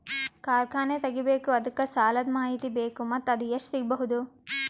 ಕಾರ್ಖಾನೆ ತಗಿಬೇಕು ಅದಕ್ಕ ಸಾಲಾದ ಮಾಹಿತಿ ಬೇಕು ಮತ್ತ ಅದು ಎಷ್ಟು ಸಿಗಬಹುದು?